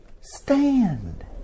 Stand